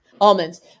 almonds